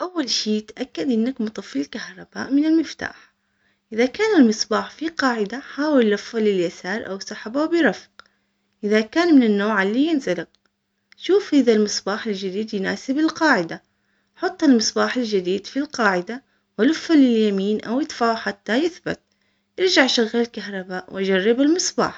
اول شي تأكد انك مطفي الكهرباء من المفتاح اذا كان المصباح في قاعدة حاول لفه لليسار او سحبه برفق اذا كان من النوع اللي ينزلق شوف إذا المصباخ الجديد يناسب القاعدة حط المصباح الجديد في القاعدة ولفه لليمين او ادفعه حتى يثبت ارجع شغل الكهرباء وجرب المصباح